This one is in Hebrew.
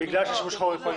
בגלל שפקע השימוש החורג.